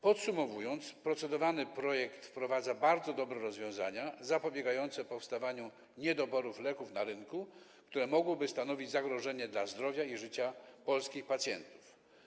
Podsumowując, procedowany projekt wprowadza bardzo dobre rozwiązania zapobiegające powstawaniu na rynku leków niedoborów, które mogłyby stanowić zagrożenie dla zdrowia i życia polskich pacjentów.